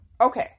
Okay